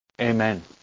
Amen